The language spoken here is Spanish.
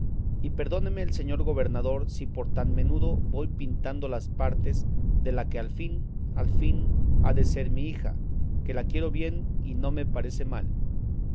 y perdóneme el señor gobernador si por tan menudo voy pintando las partes de la que al fin al fin ha de ser mi hija que la quiero bien y no me parece mal